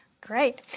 Great